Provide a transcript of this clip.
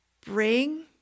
bring